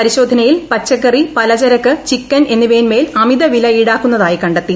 പരിശോധനയിൽ പച്ചക്കറി പലചരക്ക് ചിക്കൻ എന്നിവയിന്മേൽ അമിത വില ഈടാക്കുന്നതായി കണ്ടെത്തി